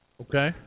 Okay